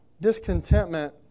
discontentment